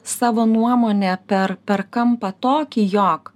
savo nuomone per per kampą tokį jog